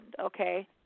okay